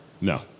No